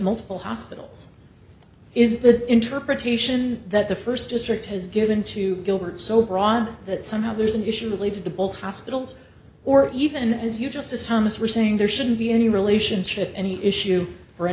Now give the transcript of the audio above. hospitals is the interpretation that the first district has given to gilbert so broad that somehow there's an issue related to both hospitals or even as you justice thomas were saying there shouldn't be any relationship any issue for a